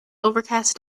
overcast